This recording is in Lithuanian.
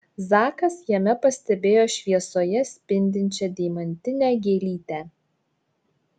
zakas jame pastebėjo šviesoje spindinčią deimantinę gėlytę